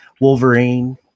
Wolverine